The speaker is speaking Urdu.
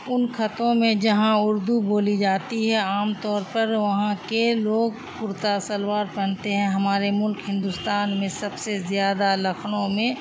ان خطوں میں جہاں اردو بولی جاتی ہے عام طور پر وہاں کے لوگ کرتا شلوار پہنتے ہیں ہمارے ملک ہندوستان میں سب سے زیادہ لکھنؤ میں